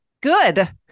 good